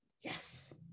Yes